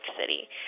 City